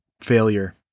failure